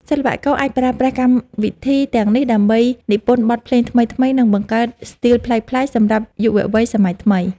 សិល្បករអាចប្រើប្រាស់កម្មវិធីទាំងនេះដើម្បីនិពន្ធបទភ្លេងថ្មីៗ និង បង្កើតស្ទីលប្លែកៗសម្រាប់យុវវ័យសម័យថ្មី។